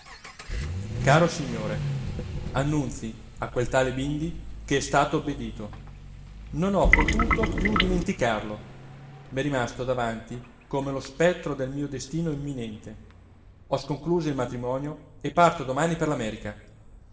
caro signore annunzi a quel tale bindi che è stato obbedito non ho potuto piú dimenticarlo m'è rimasto davanti come lo spettro del mio destino imminente ho sconcluso il matrimonio e parto domani per